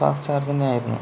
fast charging ആയിരുന്നു